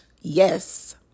Yes